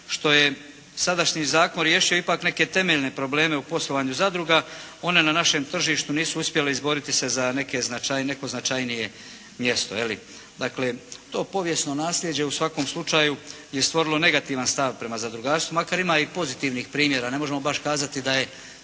što je sadašnji zakon riješio ipak neke temeljne probleme u poslovanju zadruga one na našem tržištu nisu uspjele izboriti se za neko značajnije mjesto. Dakle, to povijesno nasljeđe u svakom slučaju je stvorilo negativan stav prema zadrugarstvu makar ima i pozitivnih primjera, ne možemo baš kazati da je